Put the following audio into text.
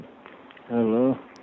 Hello